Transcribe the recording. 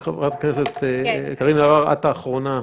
ברשותכם, חברת הכנסת קארין אלהרר, את האחרונה,